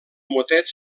motets